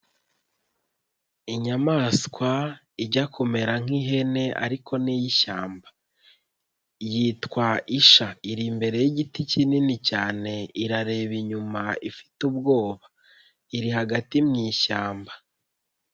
Inyamaswa ijya kumera nk'ihene ariko ni iy'ishyamba, yitwa isha iri imbere y'igiti kinini cyane irareba inyuma ifite ubwoba, iri hagati mu ishyamba.